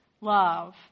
love